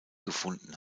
gefunden